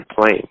plane